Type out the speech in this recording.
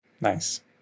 Nice